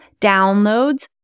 downloads